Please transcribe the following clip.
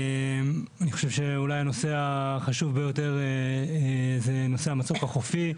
אני חושב שאולי הנושא החשוב ביותר זה נושא המצוק החופי.